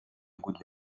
gouttes